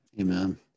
Amen